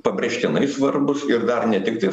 pabrėžtinai svarbūs ir dar ne tiktai